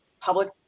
public